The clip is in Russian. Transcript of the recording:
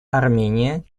армения